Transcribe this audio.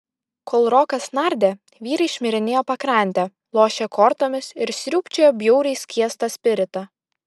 kol rokas nardė vyrai šmirinėjo pakrante lošė kortomis ir sriūbčiojo bjauriai skiestą spiritą